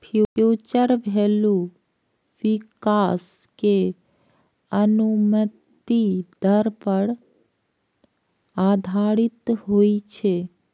future value विकास के अनुमानित दर पर आधारित होइ छै